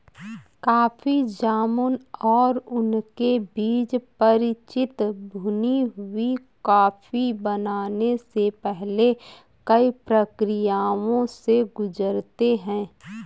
coffee जामुन और उनके बीज परिचित भुनी हुई कॉफी बनने से पहले कई प्रक्रियाओं से गुजरते हैं